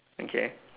okay